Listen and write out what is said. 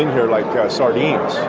here like yeah sardines.